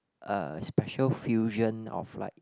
uh special fusion of like